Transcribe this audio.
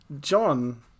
John